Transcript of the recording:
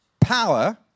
power